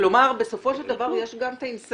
כלומר, יש גם תמריץ